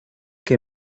que